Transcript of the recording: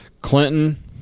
Clinton